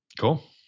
Cool